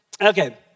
Okay